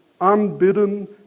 unbidden